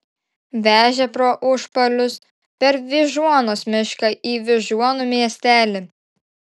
vežė pro užpalius per vyžuonos mišką į vyžuonų miestelį